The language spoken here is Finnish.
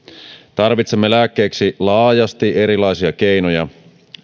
tarvitsemme lääkkeeksi laajasti erilaisia keinoja